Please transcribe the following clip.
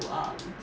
to uh